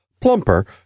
plumper